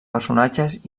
personatges